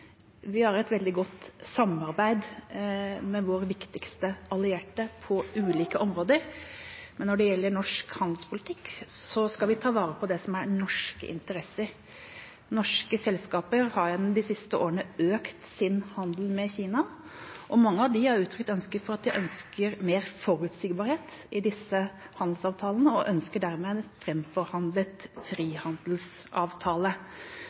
Vi har et veldig godt samarbeid med våre viktigste allierte på ulike områder, men når det gjelder norsk handelspolitikk, skal vi ta vare på det som er norske interesser. Norske selskaper har gjennom de siste årene økt sin handel med Kina, og mange av dem har uttrykt at de ønsker mer forutsigbarhet i disse handelsavtalene, og at de dermed ønsker en